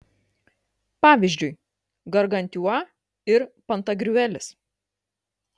pavyzdžiui gargantiua ir pantagriuelis